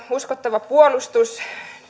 uskottava puolustus